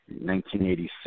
1986